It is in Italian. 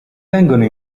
vengono